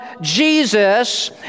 Jesus